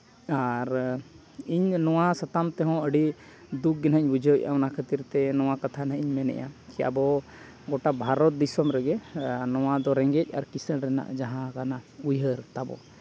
ᱟᱨ ᱤᱧ ᱫᱚ ᱱᱚᱣᱟ ᱥᱟᱛᱟᱢ ᱛᱮᱦᱚᱸ ᱟᱹᱰᱤ ᱫᱩᱠ ᱜᱮ ᱦᱟᱸᱜ ᱤᱧ ᱵᱩᱡᱷᱟᱹᱣᱮᱜᱼᱟ ᱚᱱᱟ ᱠᱷᱟᱹᱛᱤᱨ ᱛᱮ ᱱᱚᱣᱟ ᱠᱟᱛᱷᱟ ᱱᱟᱦᱟᱜᱼᱤᱧ ᱢᱮᱱᱮᱫᱼᱟ ᱡᱮ ᱟᱵᱚ ᱜᱚᱴᱟ ᱵᱷᱟᱨᱚᱛ ᱫᱤᱥᱚᱢ ᱨᱮᱜᱮ ᱱᱚᱣᱟ ᱫᱚ ᱨᱮᱸᱜᱮᱡᱽ ᱟᱨ ᱠᱤᱥᱟᱹᱬ ᱨᱮᱱᱟᱜ ᱡᱟᱦᱟᱸ ᱠᱟᱱᱟ ᱩᱭᱦᱟᱹᱨ ᱛᱟᱵᱚ